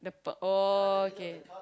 the pe~ oh okay